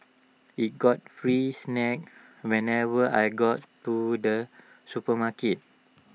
E got free snacks whenever I got to the supermarket